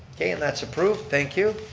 okay and that's approved, thank you.